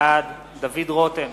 בעד דוד רותם,